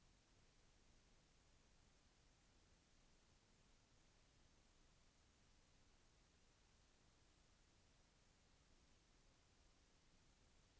ప్రతి నెల నేనే బ్యాంక్ కి వెళ్లి కట్టాలి లేకపోతే నా అకౌంట్ నుంచి నేరుగా తీసేస్తర?